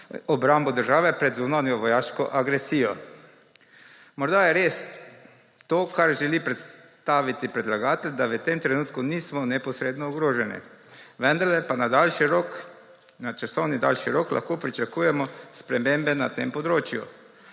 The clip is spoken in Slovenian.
obrambo države pred zunanjo vojaško agresijo. Morda je res to, kar želi predstaviti predlagatelj, da v tem trenutku nismo neposredno ogroženi, vendarle pa na časovno daljši rok lahko pričakujemo spremembe na tem področju.